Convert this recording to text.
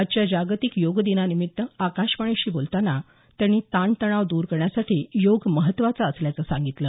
आजच्या जागतिक योगदिनानिमित्तानं आकाशवाणीशी बोलताना त्यांनी ताणतणाव द्र करण्यासाठी योग महत्त्वाचा असल्याचं सांगितलं